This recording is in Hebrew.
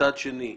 מצד שני,